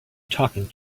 talking